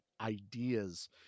ideas